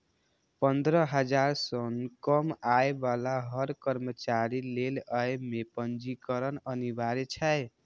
पंद्रह हजार सं कम आय बला हर कर्मचारी लेल अय मे पंजीकरण अनिवार्य छै